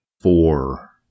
Four